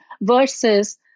versus